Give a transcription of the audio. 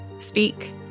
Speak